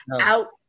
out